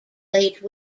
late